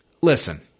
listen